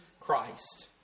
Christ